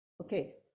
Okay